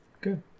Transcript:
Good